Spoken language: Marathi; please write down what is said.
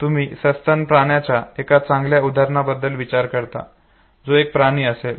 तुम्ही सस्तन प्राण्याच्या एका चांगल्या उदाहरणाबद्दल विचार करता जो एक प्राणी असेल